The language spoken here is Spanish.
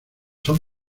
son